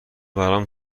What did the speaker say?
برام